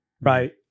Right